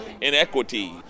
inequity